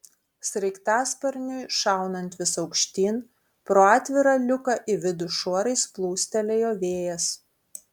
sraigtasparniui šaunant vis aukštyn pro atvirą liuką į vidų šuorais plūstelėjo vėjas